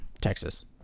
Texas